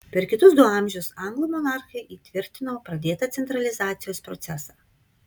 per kitus du amžius anglų monarchai įtvirtino pradėtą centralizacijos procesą